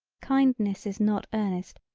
kindness is not earnest,